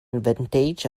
advantage